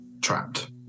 trapped